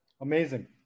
Amazing